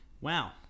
Wow